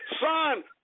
Son